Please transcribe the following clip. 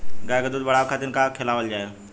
गाय क दूध बढ़ावे खातिन का खेलावल जाय?